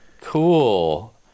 cool